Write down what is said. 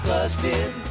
Busted